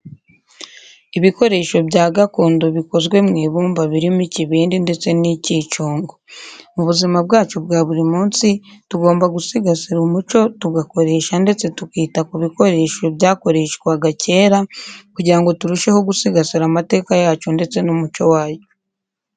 Ibikoresho bya gakondo bikozwe mu ibumba birimo ikibindi ndetse n'icyicungo. Mu buzima bwacu bwa buri munsi tugomba gusigasira umuco tugakoresha ndetse tukita ku bikoresho byakoreshwaga kera kugira ngo turusheho gusigasira amateka yacu ndetse n'umuco wacu.